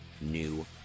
new